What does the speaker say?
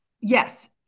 Yes